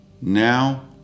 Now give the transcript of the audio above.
now